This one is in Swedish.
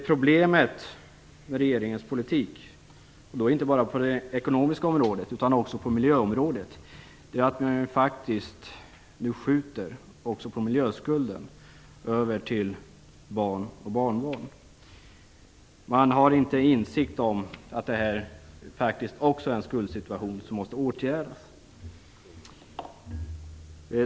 Problemet med regeringens politik, inte bara på det ekonomiska området, utan också på miljöområdet, är att faktiskt man skjuter också miljöskulden över till barn och barnbarn. Man har inte insikt om att detta faktiskt också är en skuldsituation som måste åtgärdas.